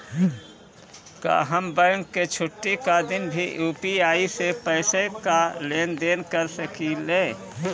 का हम बैंक के छुट्टी का दिन भी यू.पी.आई से पैसे का लेनदेन कर सकीले?